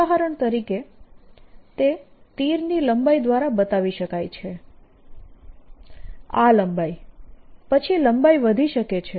ઉદાહરણ તરીકે તે તીરની લંબાઈ દ્વારા બતાવી શકાય છે આ લંબાઈ પછી લંબાઈ વધી શકે છે